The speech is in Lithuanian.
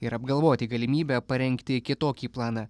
ir apgalvoti galimybę parengti kitokį planą